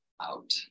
out